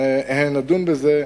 נדון בזה.